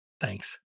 Thanks